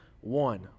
one